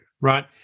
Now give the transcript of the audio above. right